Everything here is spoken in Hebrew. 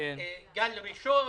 ו"גל ראשון"